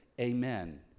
amen